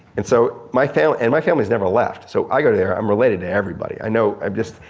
and so my family, and my family's never left. so i go there, i'm related to everybody. i know, i'm just,